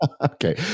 Okay